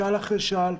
שעל אחרי שעל,